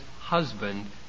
husband